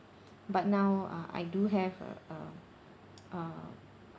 but now uh I do have a um uh